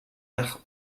nach